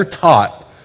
taught